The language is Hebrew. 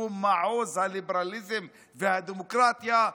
שהוא מעוז הליברליזם והדמוקרטיה,